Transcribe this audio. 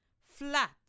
flat